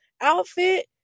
outfit